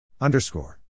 Underscore